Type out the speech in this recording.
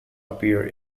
appear